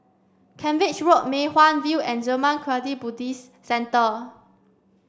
Cavenagh Road Mei Hwan View and Zurmang Kagyud Buddhist Centre